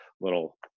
little